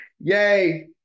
Yay